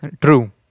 true